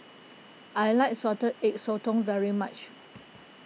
I like Salted Egg Sotong very much